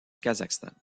kazakhstan